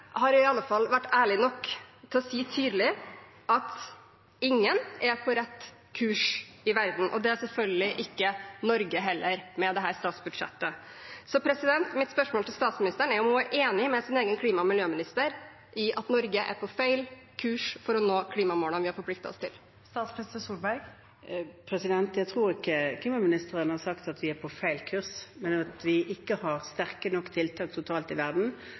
har i alle fall vært ærlig nok til å si tydelig at ingen er på rett kurs i verden, og det er selvfølgelig ikke Norge heller med dette statsbudsjettet. Så mitt spørsmål til statsministeren er om hun er enig med sin egen klima- og miljøminister i at Norge er på feil kurs for å nå klimamålene vi har forpliktet oss til. Jeg tror ikke klimaministeren har sagt at vi er på feil kurs, men at vi ikke har sterke nok tiltak totalt i verden,